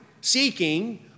seeking